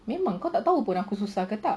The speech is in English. memang kau tak tahu aku susah ke tak